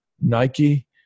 Nike